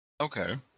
Okay